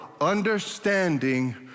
understanding